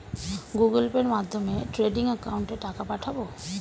Google পের মাধ্যমে trading একাউন্টে টাকা পাঠাবো?